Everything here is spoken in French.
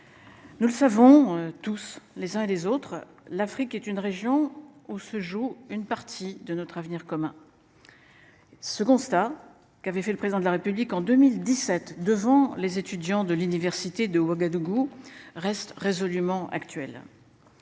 Nous le savons tous, les uns et les autres. L'Afrique est une région où se joue une partie de notre avenir commun. Ce constat qui avait fait le président de la République en 2017. Devant les étudiants de l'université de Ouagadougou reste résolument actuelle.